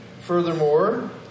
Furthermore